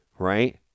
Right